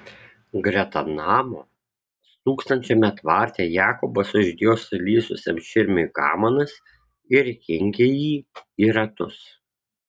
greta namo stūksančiame tvarte jakobas uždėjo sulysusiam širmiui kamanas ir įkinkė jį į ratus